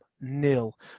nil